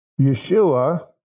Yeshua